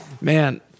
Man